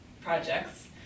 projects